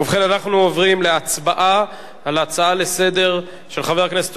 אנחנו עוברים להצבעה על הצעה לסדר-היום של חבר הכנסת